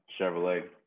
Chevrolet